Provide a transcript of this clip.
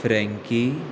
Frankie